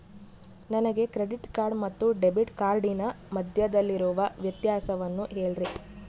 ನನಗೆ credit card ಮತ್ತು debit ಕಾರ್ಡಿನ ಮಧ್ಯದಲ್ಲಿರುವ ವ್ಯತ್ಯಾಸವನ್ನು ಹೇಳ್ರಿ?